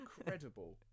incredible